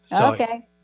Okay